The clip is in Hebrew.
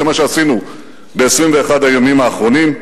זה מה שעשינו ב-21 הימים האחרונים.